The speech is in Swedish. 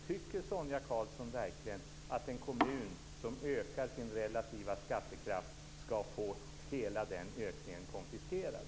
Tycker Sonia Karlsson verkligen att en kommun som ökar sin relativa skattekraft ska få hela den ökningen konfiskerad?